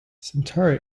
centauri